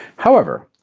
however,